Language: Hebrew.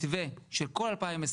מתווה של כל 2020,